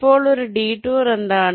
ഇപ്പോൾ ഒരു ഡിടൂർ എന്താണ്